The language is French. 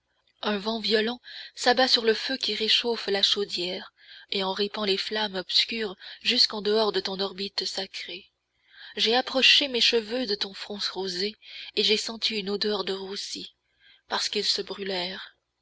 un vent violent s'abat sur le feu qui réchauffe la chaudière et en répand les flammes obscures jusqu'en dehors de ton orbite sacré j'ai approché mes cheveux de ton front rosé et j'ai senti une odeur de roussi parce qu'ils se